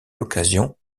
l’occasion